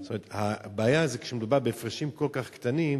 זאת אומרת, הבעיה זה כשמדובר בהפרשים כל כך קטנים,